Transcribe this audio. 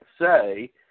say